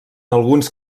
alguns